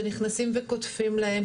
שנכנסים וקוטפים להם,